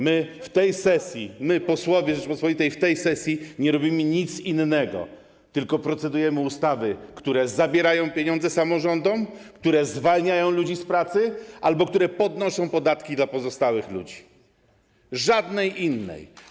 My, posłowie Rzeczypospolitej, w tej sesji nie robimy nic innego, jak tylko procedujemy nad ustawami, które zabierają pieniądze samorządom, które zwalniają ludzi z pracy albo które podnoszą podatki dla pozostałych ludzi - żadnej innej.